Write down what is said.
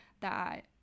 that-